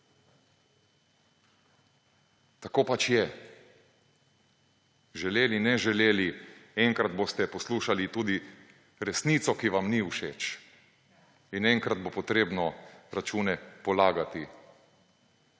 Tako pač je. Želeli, ne želeli, enkrat boste poslušali tudi resnico, ki vam ni všeč. In enkrat bo potrebno račune polagati.